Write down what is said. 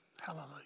Hallelujah